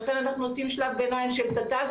לכן עושים שלב ביניים של תת"ג,